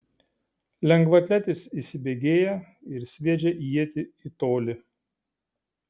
lengvaatletis įsibėgėja ir sviedžia ietį į tolį